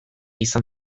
izan